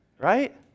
right